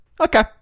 okay